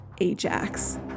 Ajax